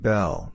Bell